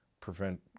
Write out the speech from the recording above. Prevent